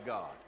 God